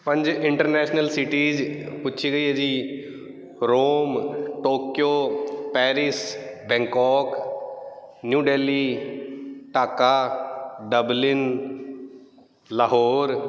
ਪੰਜ international cities ਪੁੱਛੀ ਗਈ ਹੈ ਜੀ Rome Tokyo Paris Bangkok New Delhi Dhaka Dublin Lahore